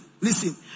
listen